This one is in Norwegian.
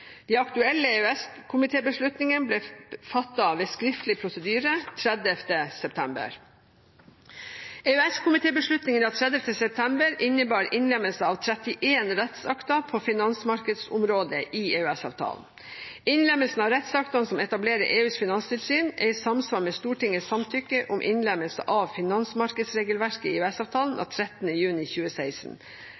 De aktuelle EØS-komitébeslutningene ble fattet ved skriftlig prosedyre 30. september. EØS-komitébeslutningene av 30. september innebar innlemmelse av 31 rettsakter på finansmarkedsområdet i EØS-avtalen. Innlemmelsen av rettsaktene som etablerer EUs finanstilsyn, er i samsvar med Stortingets samtykke om innlemmelse av finansmarkedsregelverk i